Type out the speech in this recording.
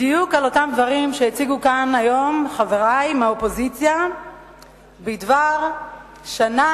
בדיוק על אותם דברים שהציגו כאן היום חברי מהאופוזיציה בדבר שנה